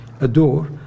adore